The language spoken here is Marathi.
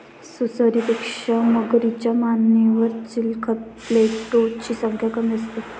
सुसरीपेक्षा मगरीच्या मानेवर चिलखत प्लेटोची संख्या कमी असते